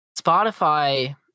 Spotify